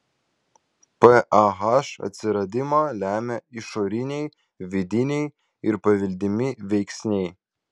pah atsiradimą lemia išoriniai vidiniai ir paveldimi veiksniai